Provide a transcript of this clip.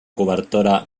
cobertora